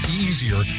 easier